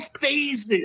phases